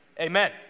Amen